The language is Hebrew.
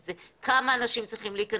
מהבחינה הזאת צריך להבין